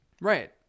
Right